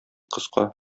кыска